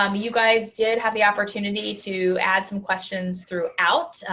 um you guys did have the opportunity to add some questions through out.